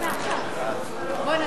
בעד